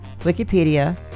Wikipedia